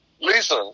Lisa